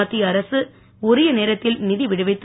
மத்திய அரக உரிய நேரத்தில் நிதி விடுவித்து